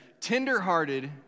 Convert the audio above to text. tenderhearted